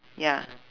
ya